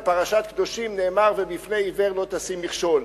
בפרשת קדושים נאמר: ולפני עיוור לא תשים מכשול,